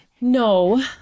No